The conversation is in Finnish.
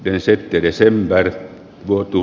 jos et edes ympärille luotu